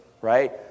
right